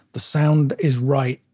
the sound is right,